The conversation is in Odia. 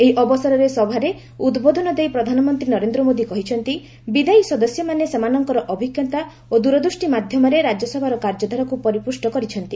ଏହି ଅବସରରେ ସଭାରେ ଉଦ୍ବୋଧନ ଦେଇ ପ୍ରଧାନମନ୍ତ୍ରୀ ନରେନ୍ଦ୍ର ମୋଦି କହିଛନ୍ତି ବିଦାୟୀ ସଦସ୍ୟମାନେ ସେମାନଙ୍କର ଅଭିଜ୍ଞତା ଓ ଦ୍ୱରଦୃଷ୍ଟି ମାଧ୍ୟମରେ ରାଜ୍ୟସଭାର କାର୍ଯ୍ୟଧାରାକୁ ପରିପୁଷ୍ଟ କରିଛନ୍ତି